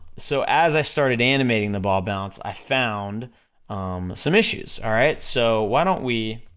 so as i started animating the ball bounce, i found some issues, alright? so why don't we,